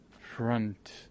front